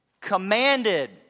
commanded